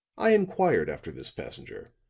i inquired after this passenger.